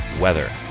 Weather